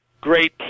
great